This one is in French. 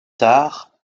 tard